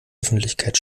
öffentlichkeit